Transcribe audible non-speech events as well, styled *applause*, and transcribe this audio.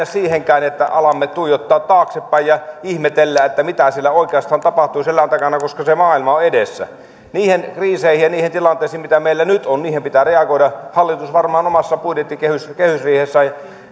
*unintelligible* siihenkään että alamme tuijottaa taaksepäin ja ihmetellä mitä siellä oikeastaan tapahtui selän takana koska maailma on edessä niihin kriiseihin ja niihin tilanteisiin mitä meillä nyt on pitää reagoida hallitus varmaan omassa budjettikehysriihessään